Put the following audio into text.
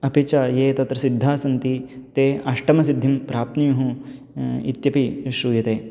अपि च ये तत्र सिद्धाः सन्ति ते अष्टमसिद्धिं प्राप्नुयुः इत्यपि श्रूयते